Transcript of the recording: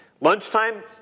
Lunchtime